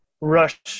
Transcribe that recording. rush